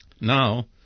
Now